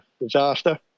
disaster